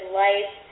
life